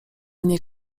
nie